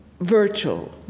virtual